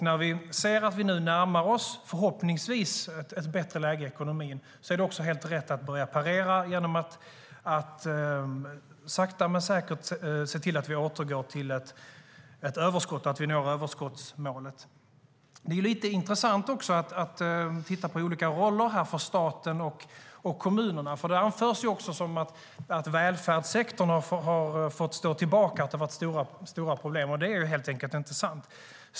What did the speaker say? När vi ser att vi nu förhoppningsvis närmar oss ett bättre läge i ekonomin är det också helt rätt att börja parera genom att sakta men säkert se till att vi återgår till ett överskott och når överskottsmålet. Det är lite intressant att se på olika roller för staten och kommunerna. Det anförs att välfärdssektorn har fått stå tillbaka, att det har varit stora problem. Det är helt enkelt inte sant.